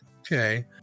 okay